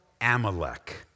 Amalek